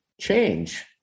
change